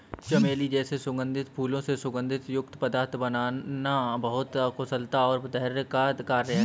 चमेली जैसे सुगंधित फूलों से सुगंध युक्त पदार्थ बनाना बहुत कुशलता और धैर्य का कार्य है